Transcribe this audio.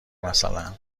مثلا